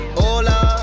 hola